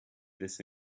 this